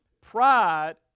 Pride